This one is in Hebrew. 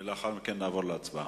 ולאחר מכן נעבור להצבעה.